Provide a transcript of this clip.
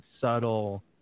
subtle